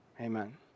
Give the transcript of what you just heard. Amen